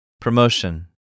Promotion